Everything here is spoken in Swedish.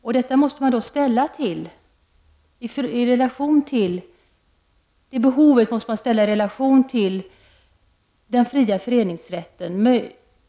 Det behovet måste man ändå ställa i relation till den fria föreningsrätten.